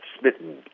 smitten